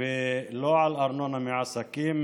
ולא על ארנונה מעסקים,